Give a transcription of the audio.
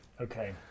okay